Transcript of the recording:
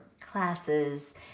classes